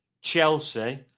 Chelsea